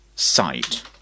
Site